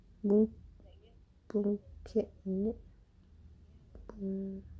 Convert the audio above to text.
boon kiat is it